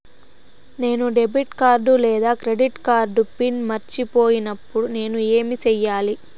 నేను debit card లేదా credit card PIN మర్చిపోయినప్పుడు నేను ఏమి సెయ్యాలి?